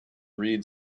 read